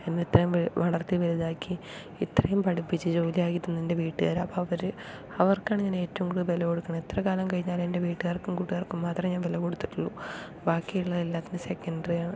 എന്നെ ഇത്രയും വളർത്തി വലുതാക്കി ഇത്രയും പഠിപ്പിച്ച് ജോലി ആക്കി തന്നത് എൻ്റെ വീട്ടുകാര് അപ്പോൾ അവര് അവർക്കാണ് ഞാൻ ഏറ്റവും കൂടുതൽ വില കൊടുക്കുന്നത് എത്ര കാലം കഴിഞ്ഞാലും എൻ്റെ വീട്ടുകാർക്കും കൂട്ടുകാർക്കും മാത്രമെ ഞാൻ വില കൊടുത്തിട്ടുള്ളു ബാക്കിയുള്ള എല്ലാത്തിനും സെക്കണ്ടറി ആണ്